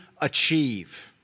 achieve